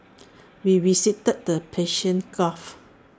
we visited the Persian gulf